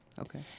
okay